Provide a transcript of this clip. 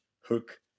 Hook